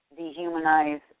dehumanize